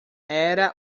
era